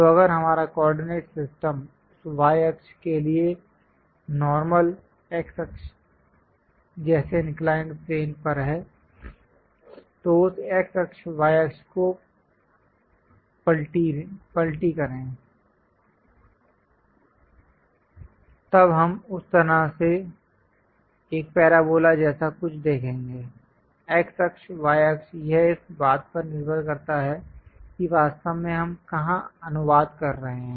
तो अगर हमारा कोऑर्डिनेट सिस्टम उस y अक्ष के लिए नॉर्मल x अक्ष जैसे इंक्लाइंड प्लेन पर है तो इस x अक्ष y अक्ष को पलटीरें तब हम उस तरह से एक पैराबोला जैसा कुछ देखेंगे x अक्ष y अक्ष यह इस बात पर निर्भर करता है कि वास्तव में हम कहाँ अनुवाद कर रहे हैं